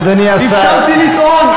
אדוני השר, אפשרתי לטעון.